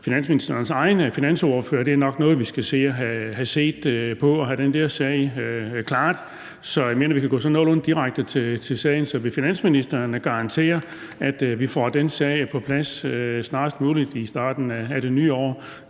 finansministerens egen finansordfører, at det nok er noget, vi skal have set på, så vi kan få den der sag klaret. Jeg mener, at vi kan gå sådan nogenlunde direkte til sagen. Så vil finansministeren garantere, at vi får den sag på plads snarest muligt i starten af det nye år,